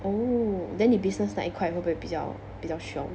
oh then 你 business like 会不会比较比较凶